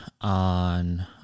on